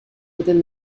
within